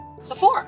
Sephora